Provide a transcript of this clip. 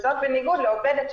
זאת בניגוד לעובדת,